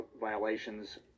violations